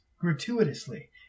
gratuitously